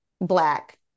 Black